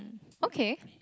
okay